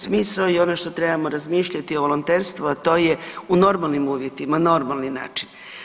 Smisao je i ono što trebamo razmišljati o volonterstvu, a to je u normalnim uvjetima, normalni način.